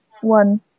one